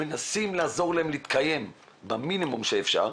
מנסים לעזור להתקיים במינימום שאפשר.